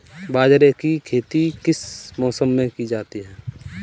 बाजरे की खेती किस मौसम में की जाती है?